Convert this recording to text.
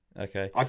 Okay